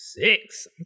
six